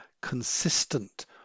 consistent